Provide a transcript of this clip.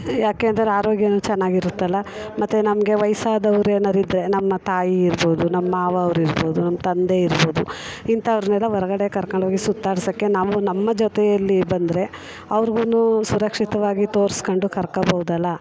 ಏಕೆಂದ್ರೆ ಆರೋಗ್ಯವೂ ಚೆನ್ನಾಗಿರುತ್ತಲ್ಲ ಮತ್ತು ನಮಗೆ ವಯ್ಸಾದವ್ರೇನಾದ್ರು ಇದ್ದರೆ ನಮ್ಮ ತಾಯಿ ಇರ್ಬೋದು ನಮ್ಮ ಮಾವ್ನವ್ರು ಇರ್ಬೋದು ತಂದೆ ಇರ್ಬೋದು ಇಂಥವ್ರ್ನೆಲ್ಲ ಹೊರ್ಗಡೆ ಕರ್ಕೊಂಡೋಗಿ ಸುತ್ತಾಡ್ಸೋಕೆ ನಾವು ನಮ್ಮ ಜೊತೆಯಲ್ಲಿ ಬಂದರೆ ಅವ್ರ್ಗುನೂ ಸುರಕ್ಷಿತವಾಗಿ ತೋರ್ಸ್ಕೊಂಡು ಕರ್ಕೊಳ್ಬಹುದಲ್ಲ